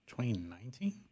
2019